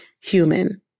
human